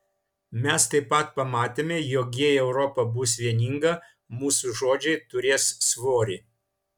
mes taip pat pamatėme jog jei europa bus vieninga mūsų žodžiai turės svorį